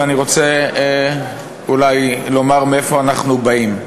ואני רוצה אולי לומר מאיפה אנחנו באים.